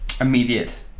immediate